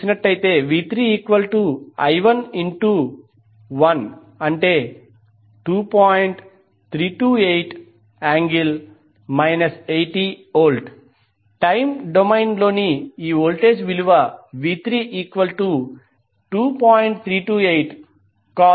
328∠ 80V time డొమైన్లోని voltage విలువ v32